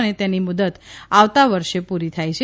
ને તેની મુદ્દત આવતા વર્ષે પૂરી થાય છે